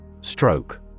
Stroke